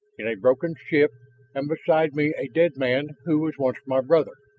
in a broken ship and beside me a dead man who was once my brother.